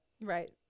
Right